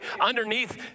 underneath